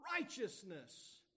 righteousness